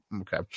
okay